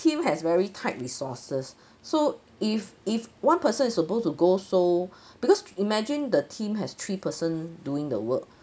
team has very tight resources so if if one person is supposed to go so because imagine the team has three person doing the work